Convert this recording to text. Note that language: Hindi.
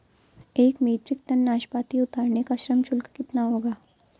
एक मीट्रिक टन नाशपाती उतारने का श्रम शुल्क कितना होगा?